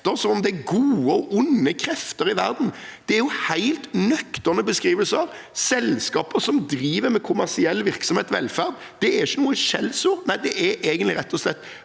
det er gode og onde krefter i verden. Det er jo helt nøkterne beskrivelser. Selskaper som driver med kommersiell virksomhet innenfor velferd er ikke noe skjellsord.